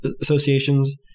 associations